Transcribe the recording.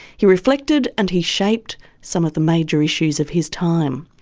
he reflected and he shaped some of the major issues of his time.